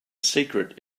secret